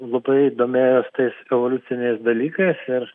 labai domėjos tais evoliuciniais dalykais ir